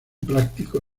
práctico